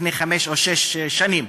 לפני חמש או שש שנים,